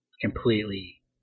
completely